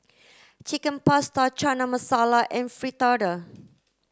Chicken Pasta Chana Masala and Fritada